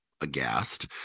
aghast